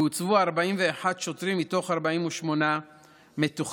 והוצבו 41 שוטרים מתוך 48 מתוכננים.